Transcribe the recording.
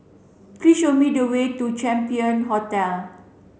please show me the way to Champion Hotel